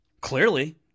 Clearly